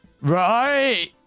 right